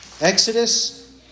Exodus